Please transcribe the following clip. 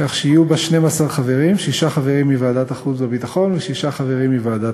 כך שיהיו בה 12 חברים: שישה חברים מוועדת